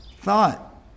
Thought